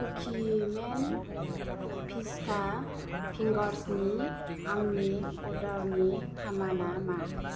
कुकिमेन पिस्ता फिंगार्सनि आंनि अर्डारनि थामाना मा